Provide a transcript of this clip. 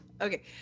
okay